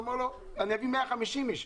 אביא 150 אנשים.